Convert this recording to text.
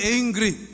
angry